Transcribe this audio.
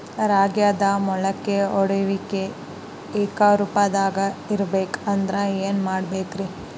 ರಾಗ್ಯಾಗ ಮೊಳಕೆ ಒಡೆಯುವಿಕೆ ಏಕರೂಪದಾಗ ಇರಬೇಕ ಅಂದ್ರ ಏನು ಮಾಡಬೇಕ್ರಿ?